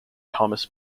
thomas